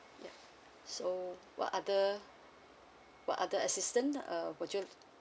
so what other what other assistance uh we'll just